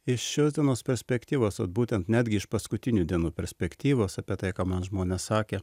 iš šios dienos perspektyvos vat būtent netgi iš paskutinių dienų perspektyvos apie tai ką man žmonės sakė